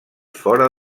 fora